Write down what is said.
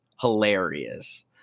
hilarious